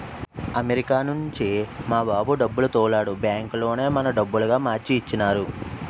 America నుంచి మా బాబు డబ్బులు తోలాడు బ్యాంకులోనే మన డబ్బులుగా మార్చి ఇచ్చినారు